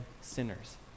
sinners